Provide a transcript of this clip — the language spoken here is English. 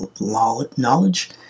knowledge